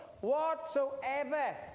Whatsoever